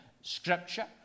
Scripture